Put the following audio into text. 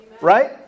right